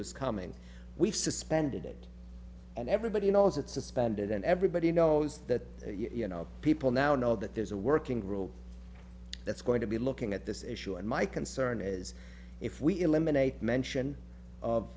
two is coming we've suspended it and everybody knows it suspended and everybody knows that you know people now know that there's a working group that's going to be looking at this issue and my concern is if we eliminate mention of